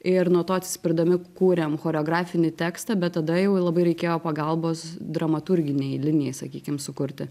ir nuo to atsispirdami kūrėm choreografinį tekstą bet tada jau labai reikėjo pagalbos dramaturginei linijai sakykim sukurti